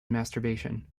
masturbation